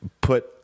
put